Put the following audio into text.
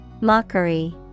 Mockery